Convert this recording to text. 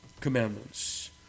commandments